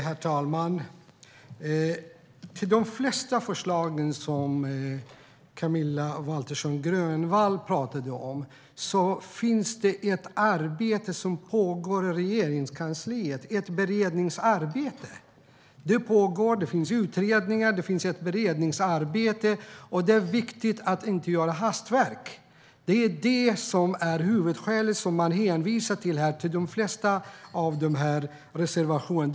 Herr talman! Till de flesta förslag som Camilla Waltersson Grönvall pratar om finns ett beredningsarbete som pågår i Regeringskansliet. Det finns utredningar, och det pågår ett beredningsarbete. Det är viktigt att inte göra hastverk. Det är huvudskälet till de flesta av reservationerna.